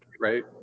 right